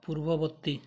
ପୂର୍ବବର୍ତ୍ତୀ